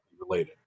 related